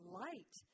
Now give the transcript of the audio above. light